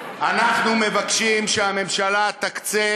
אנחנו מבקשים שהממשלה תקצה